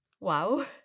Wow